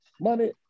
Money